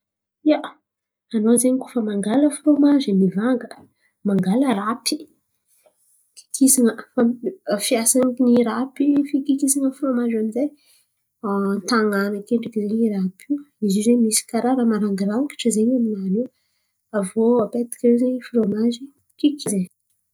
Ia, anô koa zen̈y fa mangala frômazy aviô apetaka io zen̈y frômazy. Fiasany rapy fikikisan̈a Frômazy amzay tan̈an̈a akendriky zen̈y irapy io izy zio karà misy raha marangirangitry zen̈y aminany io aviô apetaka io zen̈y Frômazy.